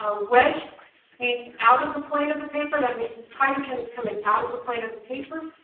ah wedge means out of the plane of the paper, that means this hydrogen's coming out of the plane of the paper,